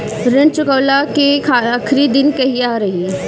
ऋण चुकव्ला के आखिरी दिन कहिया रही?